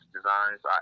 Designs